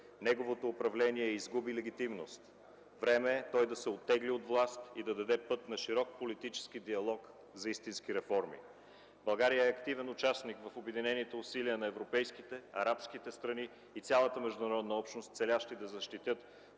Неговото управление изгуби легитимност. Време е той да се оттегли от власт и да даде път на широк политически диалог за истински реформи. България е активен участник в обединените усилия на европейските, арабските страни и цялата международна общност, целящи да защитят